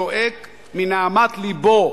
צועק מנהמת לבו,